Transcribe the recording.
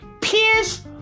Pierce